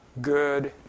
Good